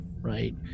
right